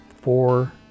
four